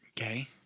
Okay